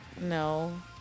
No